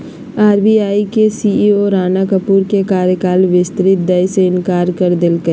RBI के CEO Rana Kapoor के कार्यकाल विस्तार दय से इंकार कर देलकय